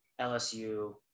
LSU